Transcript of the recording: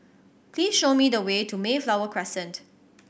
please show me the way to Mayflower Crescent